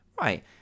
Right